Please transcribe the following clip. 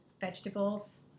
vegetables